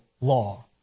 law